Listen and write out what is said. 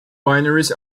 wineries